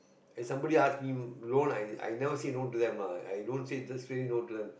and somebody ask me loan I I never say no to them lah i don't say just say no to them